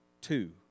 Two